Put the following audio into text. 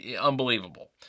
unbelievable